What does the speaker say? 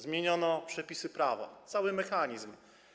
Zmieniono przepisy prawa, cały mechanizm.